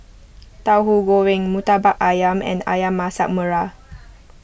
Tauhu Goreng Murtabak Ayam and Ayam Masak Merah